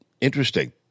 interesting